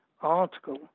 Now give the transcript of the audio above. Article